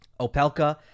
Opelka